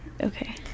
Okay